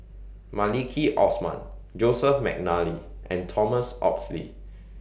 Maliki Osman Joseph Mcnally and Thomas Oxley